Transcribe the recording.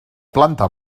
planta